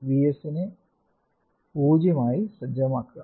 VS നെ 0 ആയി സജ്ജമാക്കുക